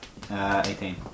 18